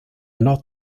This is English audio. not